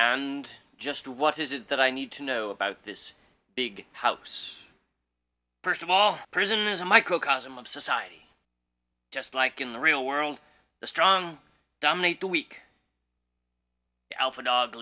and just what is it that i need to know about this big house first of all prison is a microcosm of society just like in the real world the strong dominate the weak alpha dog